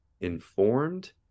informed